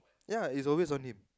ya is always on him